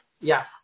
Yes